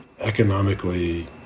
economically